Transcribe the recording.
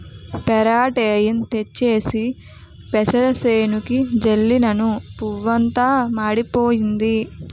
పెరాటేయిన్ తెచ్చేసి పెసరసేనుకి జల్లినను పువ్వంతా మాడిపోయింది